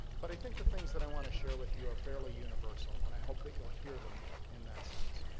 but i think the things i want to share with you are fairly universal and i hope that you will hear them in that sense